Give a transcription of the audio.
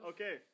Okay